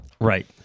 Right